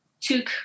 took